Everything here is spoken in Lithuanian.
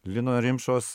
lino rimšos